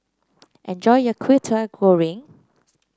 enjoy your Kwetiau Goreng